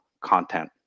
content